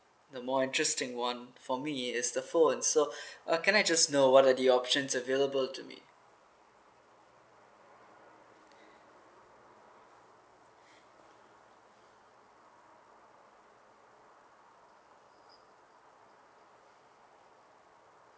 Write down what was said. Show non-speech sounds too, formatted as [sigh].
the more interesting [one] for me it is the phone so [breath] uh can I just know what are the options available to me